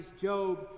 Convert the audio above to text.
Job